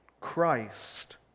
Christ